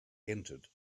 entered